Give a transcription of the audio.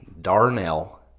Darnell